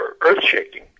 earth-shaking